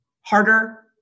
harder